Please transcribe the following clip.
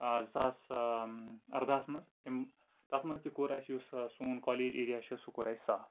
زٕ ساس اَردہَس منٛز تِم تَتھ منٛز تہِ کوٚر اَسہِ یُس سون کالج ایریا چھُ سُہ کوٚر اَسہِ صاف